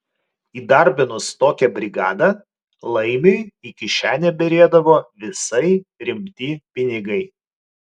įdarbinus tokią brigadą laimiui į kišenę byrėdavo visai rimti pinigai